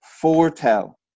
foretell